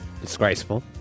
Disgraceful